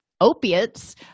opiates